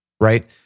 right